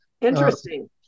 Interesting